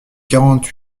quarante